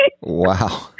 wow